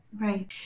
Right